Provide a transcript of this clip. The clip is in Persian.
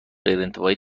غیرانتفاعی